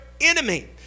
enemy